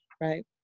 right